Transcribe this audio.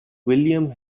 william